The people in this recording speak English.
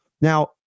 Now